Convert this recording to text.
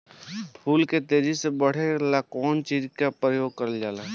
फूल के तेजी से बढ़े ला कौन चिज करे के परेला?